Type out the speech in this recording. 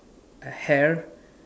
hair